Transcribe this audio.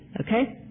Okay